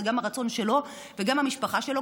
זה גם הרצון שלו וגם של המשפחה שלו,